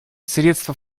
средства